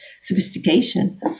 sophistication